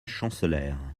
chancelèrent